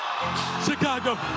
Chicago